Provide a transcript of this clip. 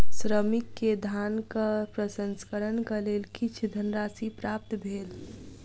श्रमिक के धानक प्रसंस्करणक लेल किछ धनराशि प्राप्त भेल